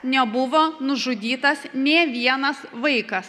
nebuvo nužudytas nė vienas vaikas